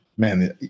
Man